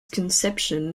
conception